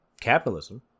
capitalism